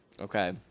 Okay